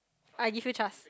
I give you chance